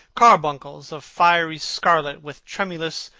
carbuncles of fiery scarlet with tremulous,